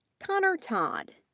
connor todd,